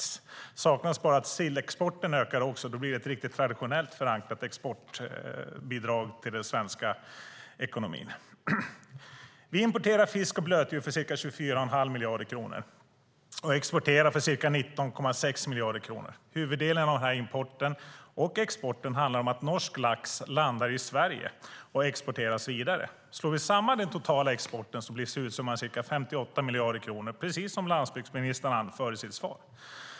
Det enda som saknas är att sillexporten ökar - då blir det ett riktigt traditionellt förankrat exportbidrag till den svenska ekonomin. Vi importerar fisk och blötdjur för ca 24,5 miljarder kronor och exporterar för ca 19,6 miljarder kronor. Huvuddelen av den importen och exporten handlar om att norsk lax mellanlandar i Sverige och exporteras vidare. Slår vi samman den totala exporten blir slutsumman ca 58 miljarder kronor, precis som landsbygdsministern anför i sitt svar.